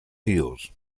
hills